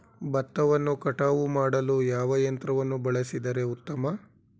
ಭತ್ತವನ್ನು ಕಟಾವು ಮಾಡಲು ಯಾವ ಯಂತ್ರವನ್ನು ಬಳಸಿದರೆ ಉತ್ತಮ?